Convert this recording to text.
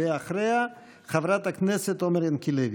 אחריה, חברת הכנסת עומר ינקלביץ'.